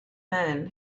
man